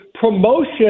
promotion